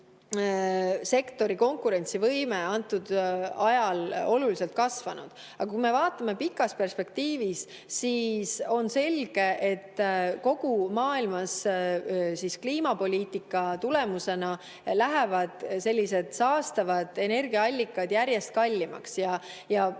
konkurentsivõime antud ajal oluliselt kasvanud, aga kui me vaatame pikas perspektiivis, siis on selge, et kogu maailmas kliimapoliitika tulemusena lähevad sellised saastavad energiaallikad järjest kallimaks.